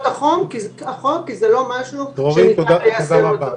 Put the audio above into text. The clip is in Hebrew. החוק כי זה לא משהו שניתן ליישם אותו.